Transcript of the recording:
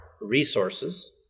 resources